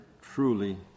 truly